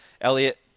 Elliot